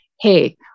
hey